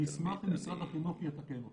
אני אשמח אם משרד החינוך יתקן אותי.